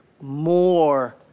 more